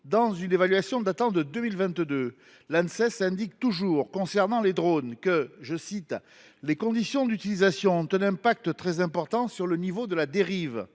Dans son évaluation de 2022, l’Anses indique ainsi, concernant les drones :« Les conditions d’utilisation ont un impact très important sur le niveau de la dérive.